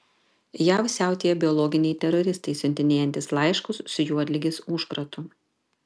jav siautėja biologiniai teroristai siuntinėjantys laiškus su juodligės užkratu